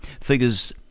Figures